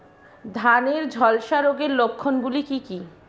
ধানের ঝলসা রোগের লক্ষণগুলি কি কি?